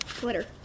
glitter